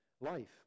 life